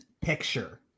Picture